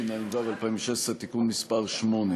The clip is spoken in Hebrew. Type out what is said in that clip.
ואברהם נגוסה.